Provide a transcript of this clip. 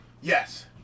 Yes